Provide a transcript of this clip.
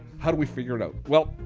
how do we figure it out? well,